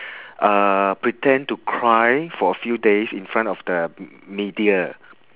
uh pretend to cry for a few days in front of the media